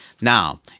Now